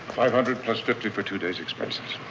five hundred, plus fifty for two days' expenses.